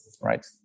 right